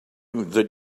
that